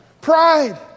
Pride